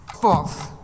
false